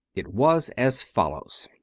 it was as follows.